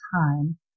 time